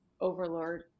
overlord